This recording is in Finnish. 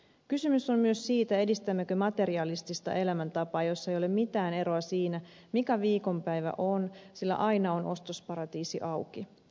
kysymys on myös siitä edistämmekö materialistista elämäntapaa jossa ei ole mitään eroa siinä mikä viikonpäivä on sillä aina on ostosparatiisi auki